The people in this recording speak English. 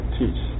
teach